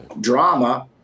drama